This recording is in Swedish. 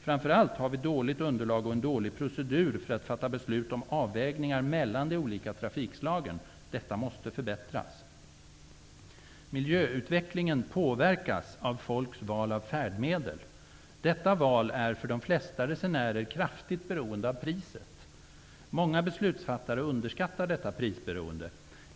Framför allt har vi dåligt underlag och en dålig procedur för att fatta beslut om avvägningar mellan de olika trafikslagen. Detta måste förbättras. Miljöutvecklingen påverkas av folks val av färdmedel. Detta val är för de flesta resenärer kraftigt beroende av priset. Många beslutsfattare underskattar detta prisberoende.